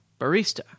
Barista